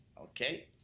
Okay